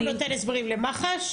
למי הוא נותן הסברים, למח"ש?